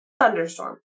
Thunderstorm